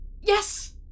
Yes